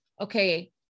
okay